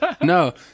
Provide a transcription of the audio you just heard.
No